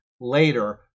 later